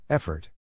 Effort